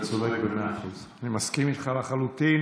אתה צודק במאה אחוז, אני מסכים איתך לחלוטין.